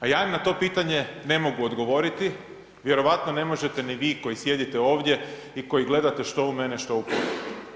A ja im na to pitanje ne mogu odgovoriti, vjerojatno ne možete ni vi koji sjedite ovdje i koji gledate što u mene, što u